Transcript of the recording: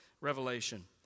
revelation